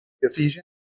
Ephesians